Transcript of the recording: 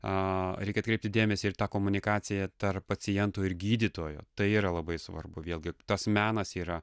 a reikia atkreipti dėmesį ir ta komunikacija tarp paciento ir gydytojo tai yra labai svarbu vėlgi tas menas yra